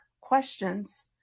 questions